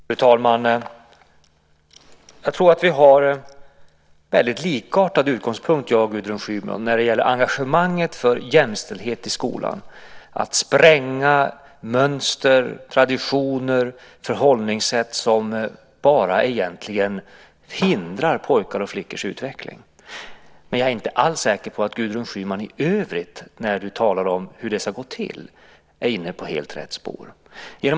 Fru talman! Jag tror att vi har väldigt likartad utgångspunkt, jag och Gudrun Schyman, när det gäller engagemanget för jämställdhet i skolan - det handlar om att spränga mönster, traditioner och förhållningssätt som egentligen bara hindrar pojkars och flickors utveckling. Men jag är inte alls säker på att Gudrun Schyman i övrigt, när hon talar om hur det ska gå till, är inne på helt rätt spår.